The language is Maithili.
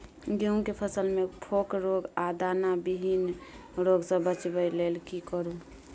गेहूं के फसल मे फोक रोग आ दाना विहीन रोग सॅ बचबय लेल की करू?